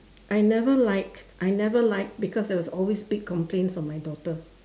I never liked I never liked because there was always big complains of my daughter